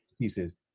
pieces